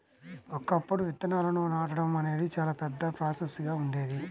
ఒకప్పుడు విత్తనాలను నాటడం అనేది చాలా పెద్ద ప్రాసెస్ గా ఉండేది